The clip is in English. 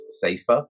safer